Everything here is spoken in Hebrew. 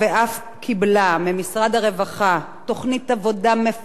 קיבלה ממשרד הרווחה תוכנית עבודה מפורטת